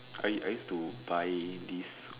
I I used to buy this